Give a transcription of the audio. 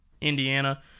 Indiana